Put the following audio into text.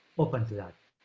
open to that.